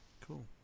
Cool